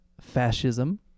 fascism